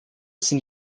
sind